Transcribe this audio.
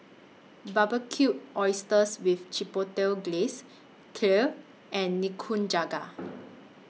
Barbecued Oysters with Chipotle Glaze Kheer and Nikujaga